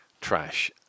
Trash